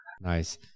Nice